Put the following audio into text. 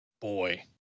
boy